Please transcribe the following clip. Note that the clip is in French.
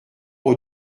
aux